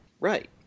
right